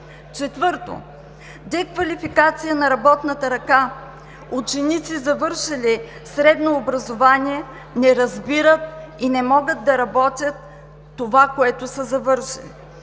Четвърто, деквалификация на работната ръка. Ученици, завършили средно образование, не разбират и не могат да работят това, което са завършили.